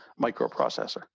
microprocessor